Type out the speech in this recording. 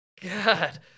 god